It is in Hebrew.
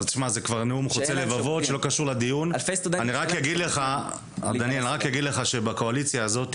אני רק אגיד לך שבקואליציה הזאת,